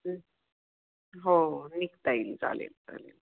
हो हो निघता येईल चालेल चालेल